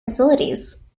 facilities